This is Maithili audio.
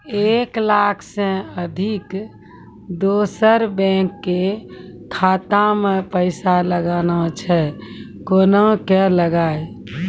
एक लाख से अधिक दोसर बैंक के खाता मे पैसा लगाना छै कोना के लगाए?